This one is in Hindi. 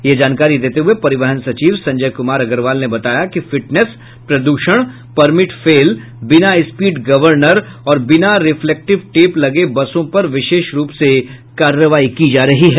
यह जानकारी देते हुये परिवहन सचिव संजय कुमार अग्रवाल ने बताया कि फिटनेस प्रद्षण परमिट फेल बिना स्पीड गवर्नर और बिना रिफ्लेक्टिव टेप लगे बसों पर विशेष रूप से कार्रवाई की जा रही है